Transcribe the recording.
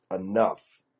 enough